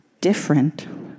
different